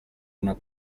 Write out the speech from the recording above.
una